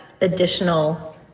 additional